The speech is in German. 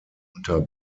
unter